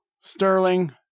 Sterling